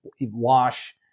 Wash